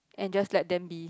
and just let them be